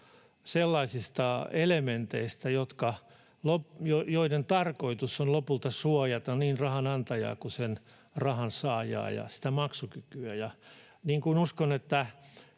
sellaisista elementeistä, joiden tarkoitus on lopulta suojata niin rahan antajaa kuin sen rahan saajaa ja maksukykyä, ja uskon, että